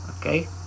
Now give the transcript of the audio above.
okay